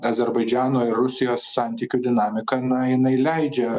azerbaidžano ir rusijos santykių dinamika na jinai leidžia